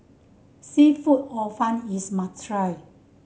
seafood Hor Fun is a must try